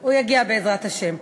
הוא יגיע, בעזרת השם.